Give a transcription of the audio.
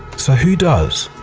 so who does?